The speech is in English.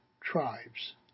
tribes